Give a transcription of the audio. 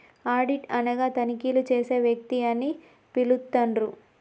audit అనగా తనిఖీలు చేసే వ్యక్తి అని పిలుత్తండ్రు